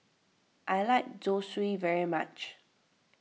I like Zosui very much